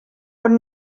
ond